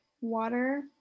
water